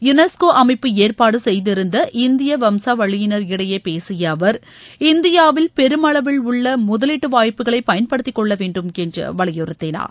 UNESCO அமைப்பு ஏற்பாடு செய்திருந்த இந்திய வம்சா வளியினர் இடையே பேசிய அவர் இந்தியாவில் பெருமளவில் உள்ள முதலீட்டு வாய்ப்புக்களை பயன்படுத்திக்கொள்ள வேண்டும் என்று வலியுறுத்தினார்